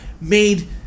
made